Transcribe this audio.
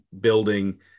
building